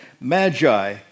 Magi